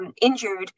injured